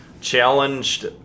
challenged